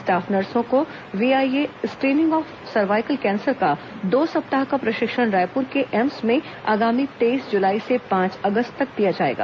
staff नर्सों को VIA screening of cervical cancer का दो सप्ताह का प्रशिक्षण रायपुर के एम्स में आगामी तेईस जुलाई से पांच अगस्त तक दिया जाएगा